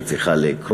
שהיא צריכה לקרות,